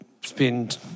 spend